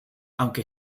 aunque